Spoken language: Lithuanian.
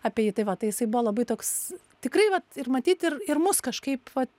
apie jį tai va tai jisai buvo labai toks tikrai vat ir matyt ir ir mus kažkaip vat